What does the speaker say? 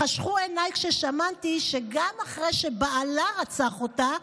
חשכו עיניי כששמעתי שגם אחרי שבעלה רצח אותה,